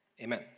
Amen